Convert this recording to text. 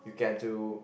you get to